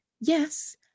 Yes